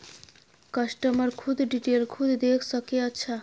customer खुद detail खुद देख सके अच्छा